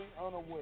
unaware